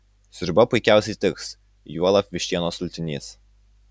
sriuba puikiausiai tiks juolab vištienos sultinys